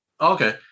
Okay